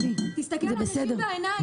תסתכל לאנשים בעיניים.